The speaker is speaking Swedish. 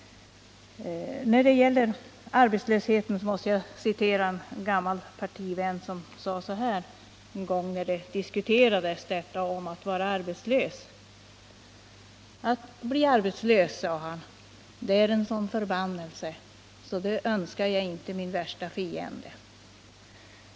När det gäller arbetslösheten måste jag citera en gammal partivän som en gång när detta att vara arbetslös diskuterades sade: Att bli arbetslös är en sådan förbannelse att det önskar jag inte min värsta fiende.